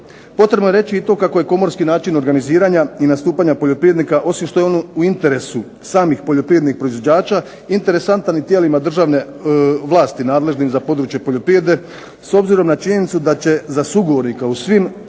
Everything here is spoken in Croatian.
Potrebno je reći kako je komorski način organiziranja i nastupanja poljoprivrednika osim što je on u interesu samih poljoprivrednih proizvođača interesantan i tijelima državne vlasti nadležnim za područje poljoprivrede s obzirom na činjenicu da će za sugovornika u svim